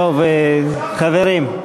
טוב, חברים.